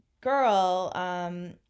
girl –